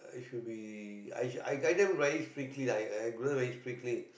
it should be I I guide them very strictly lah I I grow them very strictly